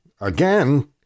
again